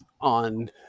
on